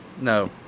No